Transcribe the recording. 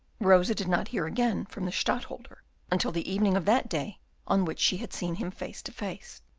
rosa did not hear again from the stadtholder until the evening of that day on which she had seen him face to face.